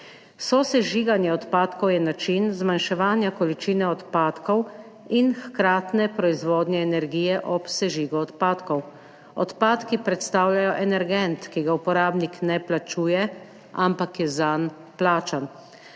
Sosežiganje odpadkov je način zmanjševanja količine odpadkov in hkratne proizvodnje energije ob sežigu odpadkov. Odpadki predstavljajo energent, ki ga uporabnik ne plačuje, ampak je zanj plačan.